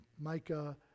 Micah